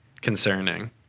concerning